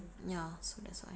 ya so that's why